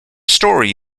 story